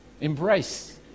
embrace